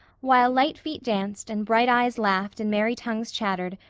while light feet danced and bright eyes laughed and merry tongues chattered,